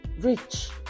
rich